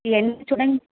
ఇవన్నీ చూడడానికి